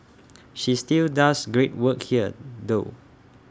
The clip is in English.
she still does great work here though